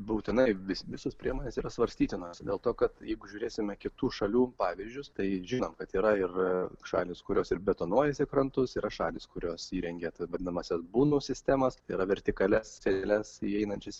būtinai vis visos priemonės yra svarstytinos dėl to kad jeigu žiūrėsime kitų šalių pavyzdžius tai žinom kad yra ir šalys kurios ir betonuojasi krantus yra šalys kurios įrengiant vadinamąsias bunų sistemas yra vertikalias eiles įeinančias